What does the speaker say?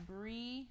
Brie